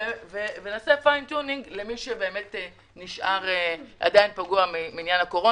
ונדייק למי שנשאר עדיין פגוע מהקורונה